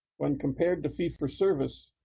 when compared to fee for service,